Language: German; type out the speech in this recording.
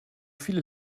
viele